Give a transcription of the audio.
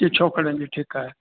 जी छोकिरियुनि जी ठीकु आहे